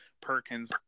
Perkins